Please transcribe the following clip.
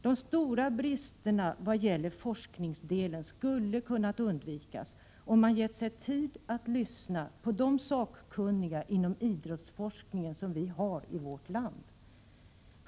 De stora bristerna vad gäller forskningsdelen skulle ha kunnat undvikas, om man gett sig tid att lyssna på de sakkunniga inom idrottsforskningen som vi har i vårt land.